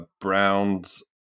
Browns